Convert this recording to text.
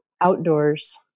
outdoors